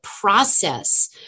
process